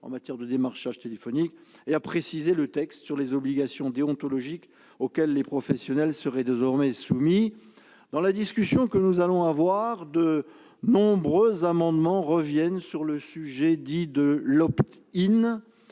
en matière de démarchage téléphonique et à préciser le texte sur les obligations déontologiques auxquelles les professionnels seraient désormais soumis. Dans la discussion que nous allons avoir, de nombreux amendements reviennent sur le sujet dit de l'.